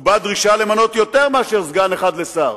ובה דרישה למנות יותר מאשר סגן אחד לשר.